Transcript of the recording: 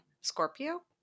Scorpio